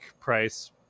price